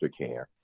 aftercare